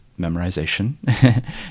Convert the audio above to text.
memorization